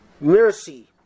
mercy